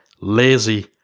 Lazy